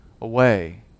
away